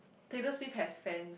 Taylor Swift has fan